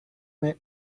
may